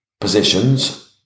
positions